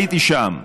הייתי שם,